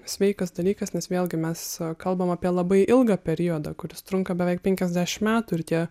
sveikas dalykas nes vėlgi mes kalbam apie labai ilgą periodą kuris trunka beveik penkiasdešimt metų ir tie